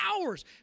hours